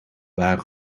waar